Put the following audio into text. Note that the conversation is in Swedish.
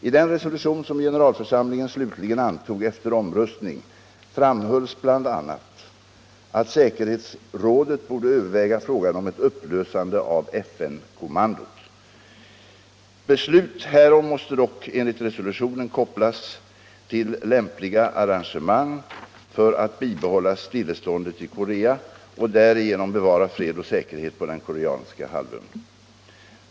I den resolution som generalförsamlingen slutligen antog efter omröstning framhölls bl.a. att säkerhetsrådet borde överväga frågan om ett upplösande av FN-kommandot. Beslut härom måste dock enligt resolutionen kopplas till lämpliga arrangemang för att behålla stilleståndet i Korea och därigenom bevara fred och säkerhet på den koreanska halvön.